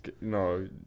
No